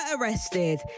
arrested